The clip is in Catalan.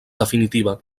definitiva